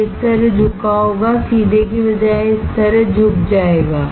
यह इस तरह झुका होगा सीधे की बजाय यह इस तरह झुक जाएगा